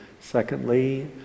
Secondly